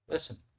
listen